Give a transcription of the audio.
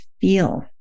feel